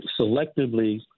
selectively